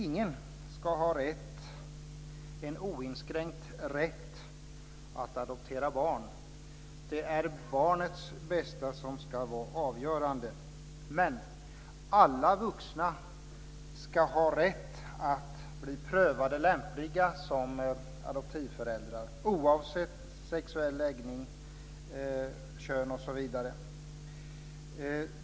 Ingen ska ha en oinskränkt rätt att adoptera barn. Det är barnets bästa som ska vara avgörande. Men alla vuxna ska ha rätt att bli prövade lämpliga som adoptivföräldrar oavsett sexuell läggning, kön, osv.